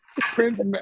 Prince